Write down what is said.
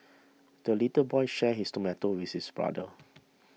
the little boy shared his tomato with his brother